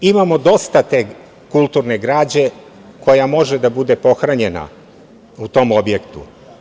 Imamo dosta te kulturne građe koja može da bude pohranjena u tom objektu.